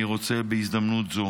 אני רוצה בהזמנות זו